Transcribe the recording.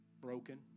broken